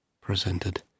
presented